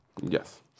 Yes